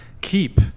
Keep